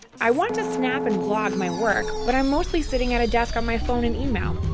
i want to snap and vlog my work but i'm posting sitting at a desk on my phone and email.